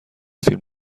فیلم